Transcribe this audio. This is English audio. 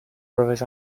brothers